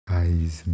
eyes